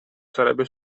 sarebbe